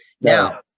now